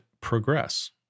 progress